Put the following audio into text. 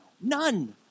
None